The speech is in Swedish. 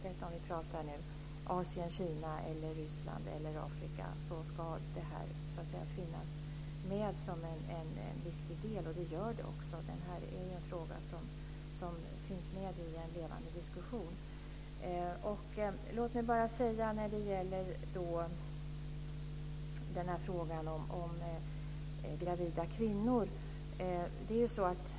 Det gäller oavsett om vi talar om Asien, Kina, Ryssland eller Afrika. Den ska finnas med som en viktig del, och det gör den också. Detta är en fråga som finns med i en levande diskussion.